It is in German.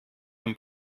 dem